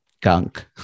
gunk